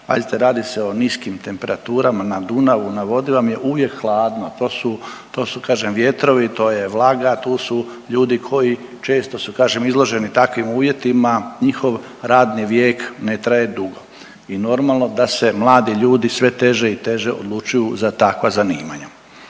radi se o niskim temperaturama, na Dunavu, na vodi vam je uvijek hladno to su, to su kažem vjetrovi, to je vlaga, tu su ljudi koji često su kažem izloženi takvim uvjetima, njihov radni vijek ne traje dugo i normalno da se mladi ljudi sve teže i teže odlučuju za takva zanimanja.